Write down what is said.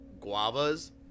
guavas